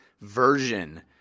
version